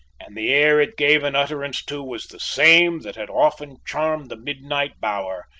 and the air it gave an utterance to was the same that had often charmed the midnight bower,